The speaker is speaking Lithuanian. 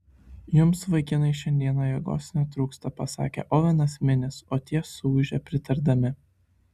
jums vaikinai šiandien jėgos netrūksta pasakė ovenas minis o tie suūžė pritardami